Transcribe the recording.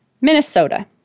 Minnesota